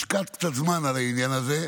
השקעת קצת זמן על העניין הזה,